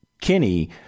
Kinney